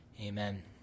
Amen